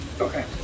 Okay